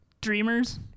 Dreamers